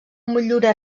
motllura